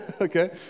okay